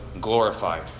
glorified